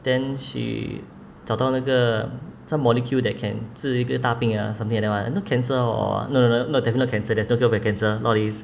then she 找到那个 some molecule that can 治一个大病啊 something like that one not cancer or no no no not not cancer there's no cure for cancer lol is